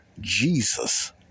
Jesus